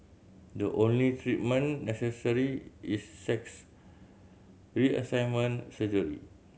the only treatment necessary is sex reassignment surgery